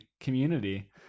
community